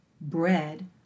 bread